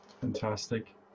Fantastic